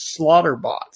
Slaughterbots